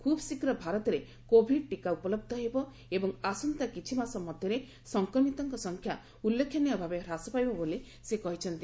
ଖୁବ୍ ଶୀଘ୍ର ଭାରତରେ କୋଭିଡ୍ ଟୀକା ଉପଲହ ହେବ ଏବଂ ଆସନ୍ତା କିଛି ମାସ ମଧ୍ୟରେ ସଂକ୍ରମିତଙ୍କ ସଂଖ୍ୟା ଉଲ୍ଲ୍ଲେଖନୀୟ ଭାବେ ହ୍ରାସ ପାଇବ ବୋଲି ସେ କହିଛନ୍ତି